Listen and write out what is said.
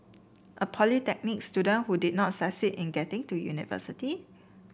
a polytechnic student who did not succeed in getting to university